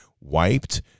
wiped